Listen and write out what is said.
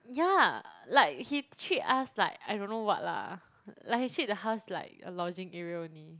ya like he treat us like I don't know what lah like he treat the house like a lodging area only